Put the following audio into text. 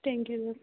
thank you